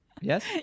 Yes